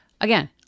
Again